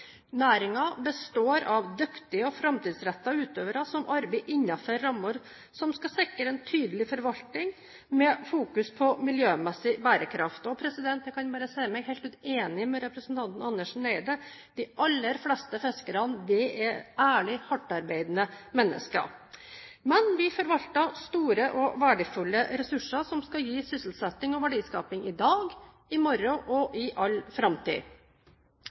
består av dyktige og framtidsrettede utøvere som arbeider innenfor rammer som skal sikre en tydelig forvaltning, med fokus på miljømessig bærekraft. Jeg kan bare si meg helt ut enig med representanten Andersen Eide, at de aller fleste fiskerne er ærlige, hardtarbeidende mennesker. Men vi forvalter store og verdifulle ressurser som skal gi sysselsetting og verdiskaping i dag, i morgen og i all framtid.